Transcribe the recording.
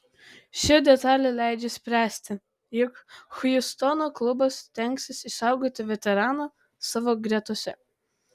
ši detalė leidžia spręsti jog hjustono klubas stengsis išsaugoti veteraną savo gretose